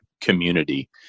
community